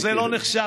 זה לא נחשב.